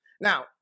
Now